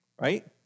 right